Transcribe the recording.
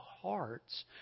hearts